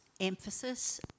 emphasis